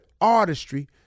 artistry